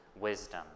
wisdom